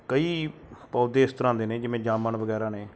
ਕਈ ਪੌਦੇ ਇਸ ਤਰ੍ਹਾਂ ਦੇ ਨੇ ਜਿਵੇਂ ਜਾਮਣ ਵਗੈਰਾ ਨੇ